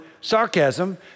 sarcasm